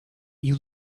you